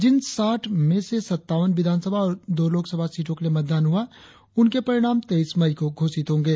gene साठ में से सत्तावन विधानसभा और दो लोकसभा सीटो के लिए मतदान हुआ उनके परिणाम तेईस मई को घोषित होंगे